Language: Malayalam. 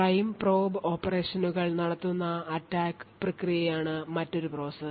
പ്രൈം പ്രോബ് ഓപ്പറേഷനുകൾ നടത്തുന്ന attck പ്രക്രിയയാണ് മറ്റൊരു പ്രോസസ്സ്